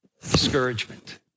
discouragement